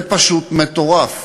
זה פשוט מטורף,